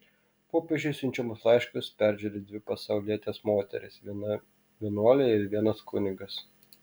popiežiui siunčiamus laiškus peržiūri dvi pasaulietės moterys viena vienuolė ir vienas kunigas